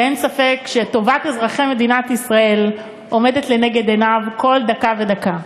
שאין ספק שטובת אזרחי מדינת ישראל עומדת לנגד עיניו בכל דקה ודקה,